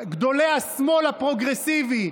גדולי השמאל הפרוגרסיבי,